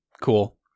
cool